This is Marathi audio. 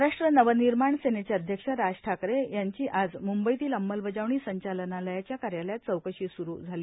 महाराश्ट्र नवनिर्माण सेनेचे अध्यक्ष राज ठाकरे यांची आज मुंबईतील अंमलबजावणी संचालनालयाच्या कार्यालयात चौकषी सुरू केली